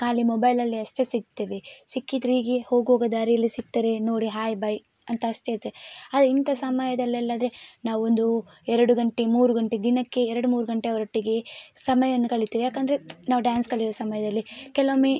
ಖಾಲಿ ಮೊಬೈಲಲ್ಲಿ ಅಷ್ಟೇ ಸಿಗ್ತೇವೆ ಸಿಕ್ಕಿದರೆ ಹೀಗೆ ಹೋಗುವಾಗ ದಾರಿಯಲ್ಲಿ ಸಿಗ್ತಾರೆ ನೋಡಿ ಹಾಯ್ ಬಾಯ್ ಅಂತಷ್ಟೇ ಹೇಳ್ತೆ ಆದರೆ ಇಂತಹ ಸಮಯದಲ್ಲೆಲ್ಲಾದರೆ ನಾವು ಒಂದು ಎರಡು ಗಂಟೆ ಮೂರು ಗಂಟೆ ದಿನಕ್ಕೆ ಎರಡು ಮೂರು ಗಂಟೆ ಅವರೊಟ್ಟಿಗೆ ಸಮಯವನ್ನು ಕಳೀತೀವಿ ಯಾಕೆಂದ್ರೆ ನಾವು ಡ್ಯಾನ್ಸ್ ಕಲಿಯುವ ಸಮಯದಲ್ಲಿ ಕೆಲವೊಮ್ಮೆ